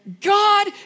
God